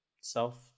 self